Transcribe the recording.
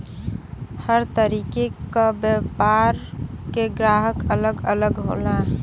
हर तरीके क व्यापार के ग्राहक अलग अलग होला